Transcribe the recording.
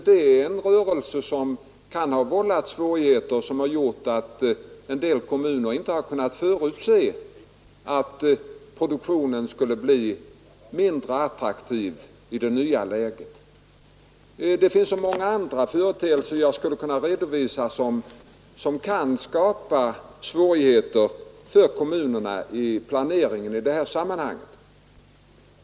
Det har vållat svårigheter för en del kommuner som inte kunnat förutse att nyproduktionen i detta nya läge skulle bli mindre attraktiv. Jag skulle kunna nämna många andra företeelser som kan skapa svårigheter för kommunerna när det gäller planeringen.